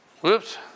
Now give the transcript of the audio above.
whoops